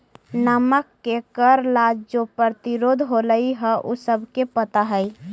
नमक के कर ला जो प्रतिरोध होलई हल उ सबके पता हई